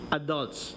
adults